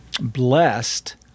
blessed